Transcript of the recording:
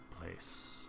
place